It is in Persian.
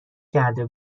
کرده